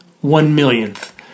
one-millionth